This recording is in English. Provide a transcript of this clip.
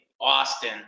Austin